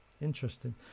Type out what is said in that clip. Interesting